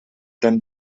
ten